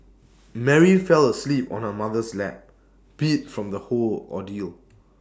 Mary fell asleep on her mother's lap beat from the whole ordeal